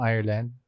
Ireland